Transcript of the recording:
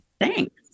Thanks